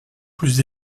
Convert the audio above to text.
plus